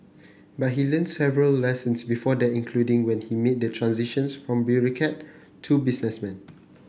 but he learnt several lessons before that including when he made the transition from bureaucrat to businessman